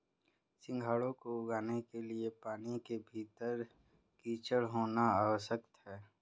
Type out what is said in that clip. सिंघाड़े को उगाने के लिए पानी के भीतर कीचड़ होना आवश्यक है